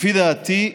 לפי דעתי,